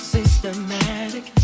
Systematic